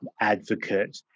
advocate